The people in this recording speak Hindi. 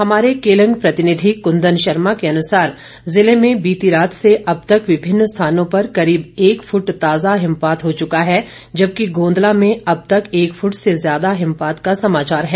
हमारे केलंग प्रतिनिधि कुंदन शर्मा के अनुसार जिले में बीती रात से अब तक विभिन्न स्थानों पर करीब एक फुट ताजा हिमपात हो चुका है जबकि गोंदला में अब तक एक फूट से ज्यादा हिमपात का समाचार है